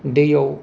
दैयाव